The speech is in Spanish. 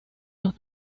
los